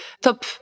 top